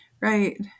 Right